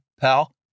pal